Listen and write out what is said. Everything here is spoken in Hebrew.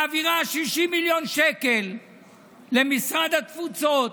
מעביר 60 מיליון שקל למשרד התפוצות